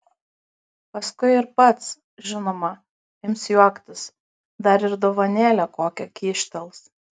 paskui ir pats žinoma ims juoktis dar ir dovanėlę kokią kyštels